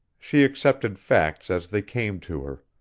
she accepted facts as they came to her.